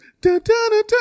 da-da-da-da